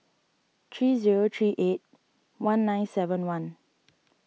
three zero three eight one nine seven one